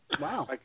Wow